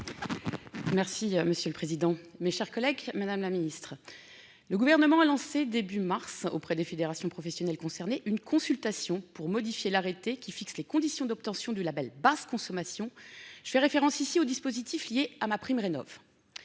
Merci monsieur le président, mes chers collègues. Madame la Ministre. Le gouvernement a lancé début mars auprès des fédérations professionnelles concernées une consultation pour modifier l'arrêté qui fixe les conditions d'obtention du Label basse consommation je fais référence ici au dispositif lié à ma prime Rénov'.